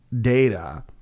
data